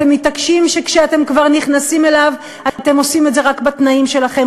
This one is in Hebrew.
אתם מתעקשים שכשאתם כבר נכנסים אליו אתם עושים את זה רק בתנאים שלכם,